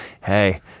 hey